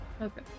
Okay